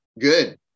good